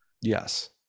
yes